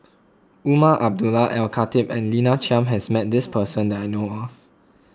Umar Abdullah Al Khatib and Lina Chiam has met this person that I know of